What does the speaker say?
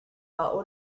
while